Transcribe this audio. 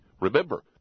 Remember